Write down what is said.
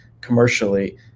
commercially